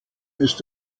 ist